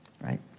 right